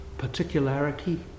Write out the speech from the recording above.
particularity